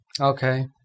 Okay